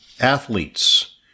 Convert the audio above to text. athletes